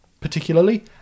particularly